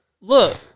Look